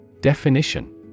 Definition